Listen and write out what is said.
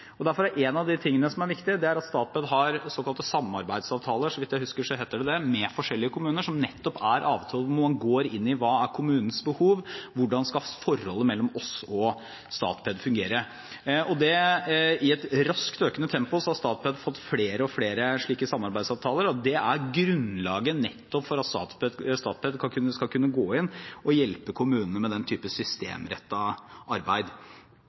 Derfor er en av de tingene som er viktige, at Statped har såkalte samarbeidsavtaler – så vidt jeg husker, heter det det – med forskjellige kommuner, som nettopp er avtaler hvor man går inn i hva som er kommunens behov, hvordan forholdet mellom oss og Statped skal fungere. I et raskt økende tempo har Statped fått flere og flere slike samarbeidsavtaler, og det er nettopp grunnlaget for at Statped skal kunne gå inn og hjelpe kommunene med den type systemrettet arbeid.